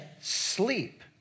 sleep